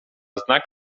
znak